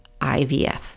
IVF